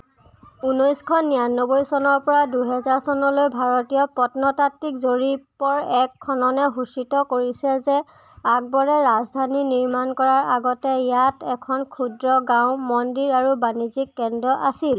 ঊন্নৈছশ নিৰানব্বৈ চনৰ পৰা দুহেজাৰ চনলৈ ভাৰতীয় প্ৰত্নতাত্বিক জৰীপৰ এক খননে সূচিত কৰিছে যে আকবৰে ৰাজধানী নিৰ্মাণ কৰাৰ আগতে ইয়াত এখন ক্ষুদ্ৰ গাঁও মন্দিৰ আৰু বাণিজ্যিক কেন্দ্ৰ আছিল